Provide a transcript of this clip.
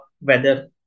weather